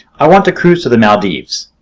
i want to cruise to the maldives.